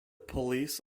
police